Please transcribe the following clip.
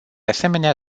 asemenea